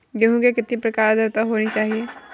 गेहूँ के लिए कितनी आद्रता होनी चाहिए?